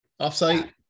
offsite